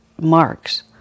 marks